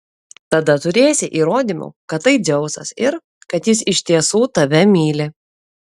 tada turėsi įrodymų kad tai dzeusas ir kad jis iš tiesų tave myli